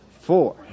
Four